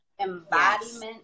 embodiment